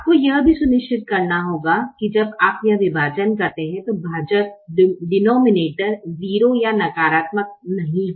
आपको यह भी सुनिश्चित करना होगा कि जब आप यह विभाजन करते हैं तो भाजक 0 या नकारात्मक नहीं हो